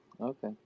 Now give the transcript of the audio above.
okay